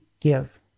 give